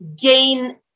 gain